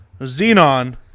Xenon